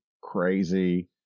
crazy